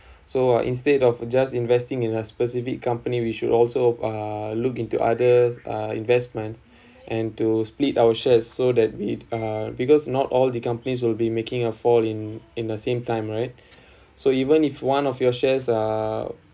so instead of just investing in a specific company we should also uh look into others uh investment and to split our shares so that we uh because not all the companies will be making a fall in in the same time right so even if one of your shares uh